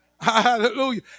Hallelujah